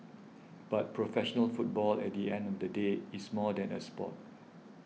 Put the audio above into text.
but professional football at the end of the day is more than a sport